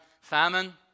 Famine